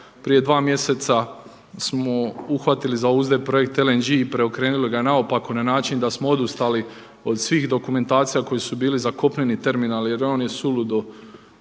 prije dva mjeseca smo uhvatili za uzde LNG i preokrenuli ga naopako na način da smo odustali od svih dokumentacija koje su bile za kopneni terminal jer je on suludi